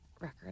record